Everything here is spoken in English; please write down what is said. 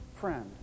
friend